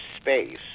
space